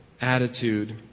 attitude